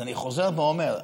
אז אני חוזר ואומר,